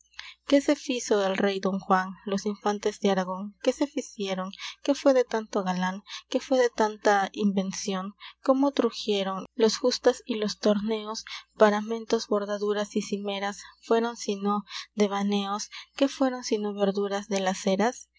fizo el rey don juan los infantes de aragon que se fizieron que fue de tanto galan que fue de tanta inuencion como truxieron las justas y los torneos paramentos bordaduras y imeras fueron syno deuaneos que fueron sino verduras de las eras